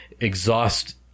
exhaust